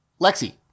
Lexi